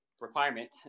requirement